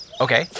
Okay